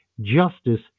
justice